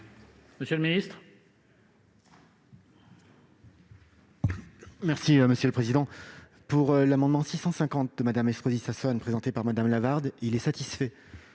Monsieur le ministre,